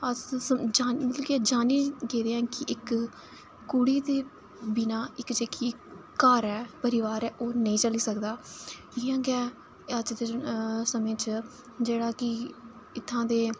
अस मतलब के जानी गेदे आं कि इक कुड़ी दे बिना एक्क जेह्की घर ऐ परिवार ऐ ओह् नेईं चली सकदा इ'यां के अज्ज दे समें च जेह्ड़ा कि इत्थूं दे